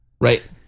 Right